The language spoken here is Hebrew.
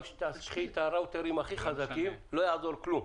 גם אם תקחי את הראוטרים הכי חזקים לא יעזור כלום.